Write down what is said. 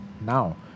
now